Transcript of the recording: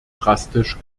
drastisch